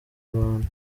abantu